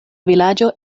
vilaĝo